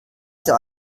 der